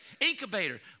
Incubator